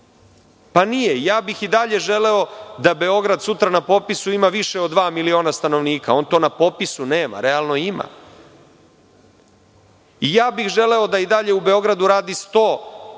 Pa, nije. Lično bih i dalje želeo da Beograd sutra na popisu ima više od dva miliona stanovnika. On to na popisu nema. Realno ima. I želeo bih da i dalje u Beogradu radi 117.000